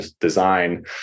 design